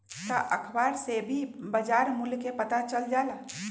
का अखबार से भी बजार मूल्य के पता चल जाला?